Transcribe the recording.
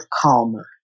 calmer